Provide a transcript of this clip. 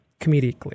comedically